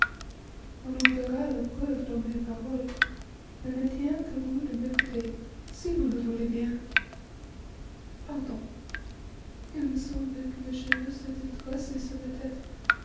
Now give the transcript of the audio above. on en verra la preuve dans mes paroles il ne tient qu'à vous de m'écouter si vous le voulez bien pardon il me semblait que mes cheveux s'étaient dressés sur ma tête